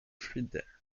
fluides